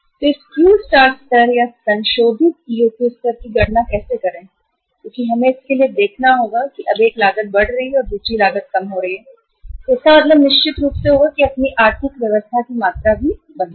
तो इस Q star स्तर या संशोधित EOQ स्तर की गणना कैसे करें क्योंकि हमें इसके लिए देखना होगा अब एक लागत बढ़ रही है और दूसरी लागत कम हो रही है तो इसका मतलब निश्चित रूप से होगा अपनी आर्थिक व्यवस्था की मात्रा भी बदलें